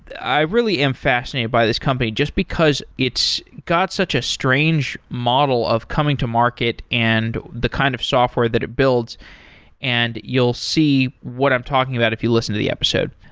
i really am fascinated by this company just because it's got such a strange model of coming to market and the kind of software that it builds and you'll see what i'm talking about if you listen to the episode.